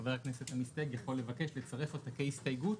חבר הכנסת המסתייג יכול לבקש לצרף אותה כהסתייגות,